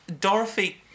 Dorothy